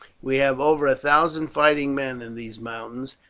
we have over a thousand fighting men in these mountains,